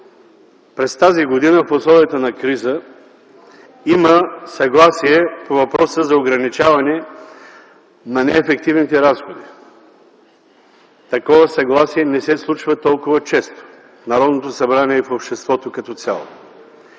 през тази година, в условията на криза, има съгласие по въпроса за ограничаване на неефективните разходи. Такова съгласие не се случва толкова често в Народното събрание и в обществото като цяло.